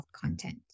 content